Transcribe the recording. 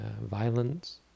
violence